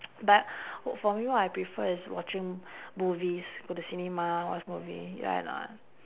but for me what I prefer is watching movies go to cinema watch movie right or not